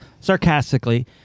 sarcastically